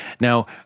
Now